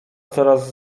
coraz